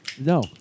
No